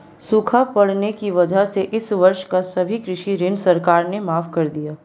सूखा पड़ने की वजह से इस वर्ष का सभी कृषि ऋण सरकार ने माफ़ कर दिया है